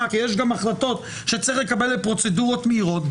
כי יש גם החלטות שצריך לקבל בפרוצדורות מהירות,